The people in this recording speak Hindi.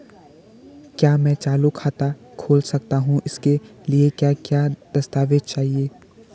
क्या मैं चालू खाता खोल सकता हूँ इसके लिए क्या क्या दस्तावेज़ चाहिए?